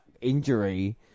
injury